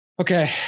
Okay